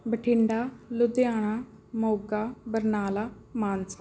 Bathinda Ludhiana Moga Barnala Mansa